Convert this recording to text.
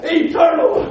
eternal